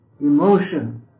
emotion